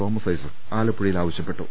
Thomas Isaac ആലപ്പുഴയിൽ ആവശ്യപ്പെട്ടു